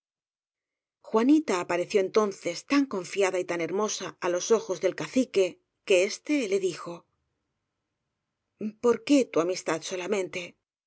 juanita apareció entonces tan confiada y tan heimosa á los ojos del cacique que éste le dijo p o r qué tu amistad solamente